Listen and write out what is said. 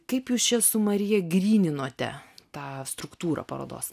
kaip jūs čia su marija gryninote tą struktūrą parodos